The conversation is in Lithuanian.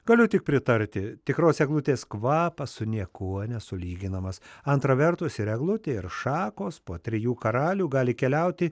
galiu tik pritarti tikros eglutės kvapas su niekuo nesulyginamas antra vertus ir eglutė ir šakos po trijų karalių gali keliauti